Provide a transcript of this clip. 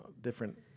different